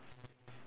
then the handle